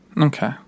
okay